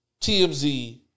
TMZ